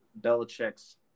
Belichick's